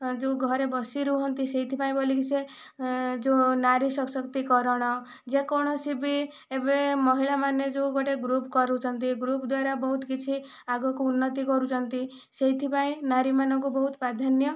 ଯେଉଁ ଘରେ ବସି ରୁହନ୍ତି ସେଇଥିପାଇଁ ବୋଲେ ଏ ଯେଉଁ ନାରୀ ଶସକ୍ତିକରଣ ଯେକୌଣସି ବି ଏବେ ମହିଳାମାନେ ଯେଉଁ ଗୋଟିଏ ଗ୍ରୁପ କରୁଛନ୍ତି ସେ ଗ୍ରୁପ ଦ୍ୱାରା ବହୁତ କିଛି ଆଗକୁ ଉନ୍ନତି କରୁଛନ୍ତି ସେଇଥିପାଇଁ ନାରୀମାନଙ୍କୁ ବହୁତ ପ୍ରାଧାନ୍ୟ